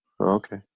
Okay